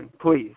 please